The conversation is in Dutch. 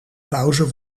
pauze